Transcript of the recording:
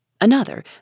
Another